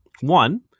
One